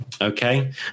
Okay